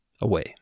Away